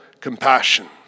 compassion